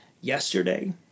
yesterday